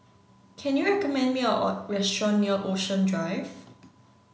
can you recommend me a restaurant near Ocean Drive